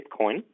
Bitcoin